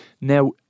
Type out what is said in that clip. Now